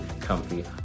comfy